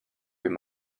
him